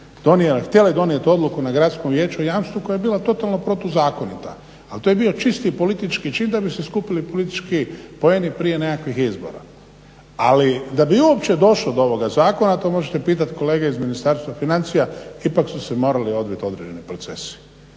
htjele donijeti odluku na gradskom vijeću o jamstvu koja je bila totalno protuzakonita, ali to je bio čisti politički čin da bi se skupili politički poeni prije nekakvih izbora. Ali da bi uopće došlo do ovoga zakona to možete pitati kolege iz Ministarstva financija, ipak su se morali odvit određen procesi.